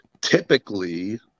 typically